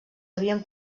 havien